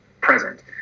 present